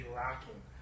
lacking